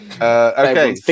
Okay